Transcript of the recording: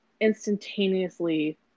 instantaneously